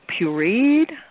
pureed